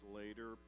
later